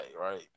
right